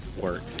work